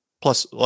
Plus